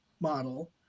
model